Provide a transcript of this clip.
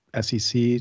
SEC